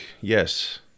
Yes